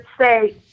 say